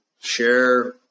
share